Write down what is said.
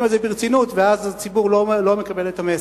את זה ברצינות ואז הציבור לא מקבל את המסר.